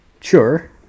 sure